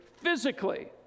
physically